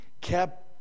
kept